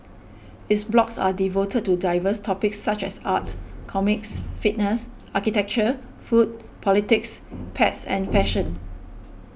its blogs are devoted to diverse topics such as art comics fitness architecture food politics pets and fashion